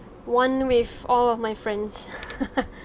one with all of my friends